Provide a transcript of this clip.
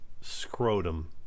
scrotum